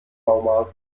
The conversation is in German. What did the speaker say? baumarkt